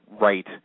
right